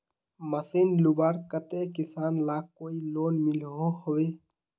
Machine लुबार केते किसान लाक कोई लोन मिलोहो होबे?